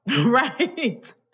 Right